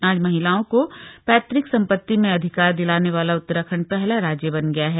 आज महिलाओं को पैतृक सम्पति में अधिकार दिलाने वाला उत्तराखण्ड पहला राज्य बन गया है